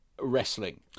Wrestling